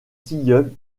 tilleul